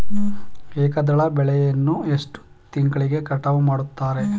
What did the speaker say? ಏಕದಳ ಬೆಳೆಯನ್ನು ಎಷ್ಟು ತಿಂಗಳಿಗೆ ಕಟಾವು ಮಾಡುತ್ತಾರೆ?